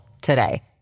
today